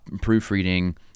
proofreading